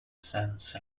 sense